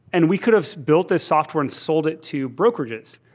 and we could have built this software and sold it to brokerages.